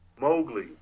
Mowgli